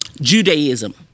Judaism